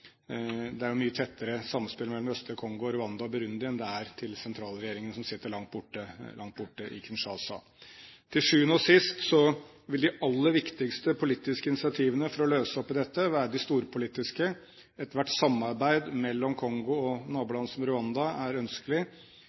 og Burundi enn det er til sentralregjeringen som sitter langt borte i Kinshasa. Til sjuende og sist vil de aller viktigste politiske initiativene for å løse opp i dette, være de storpolitiske. Ethvert samarbeid mellom Kongo og naboland som Rwanda er ønskelig.